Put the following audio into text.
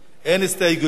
אין הסתייגויות.